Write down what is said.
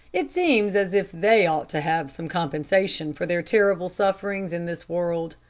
it seems as if they ought to have some compensation for their terrible sufferings in this world.